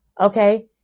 Okay